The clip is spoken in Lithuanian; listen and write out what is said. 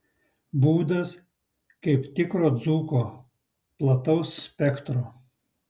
būdas kaip tikro dzūko plataus spektro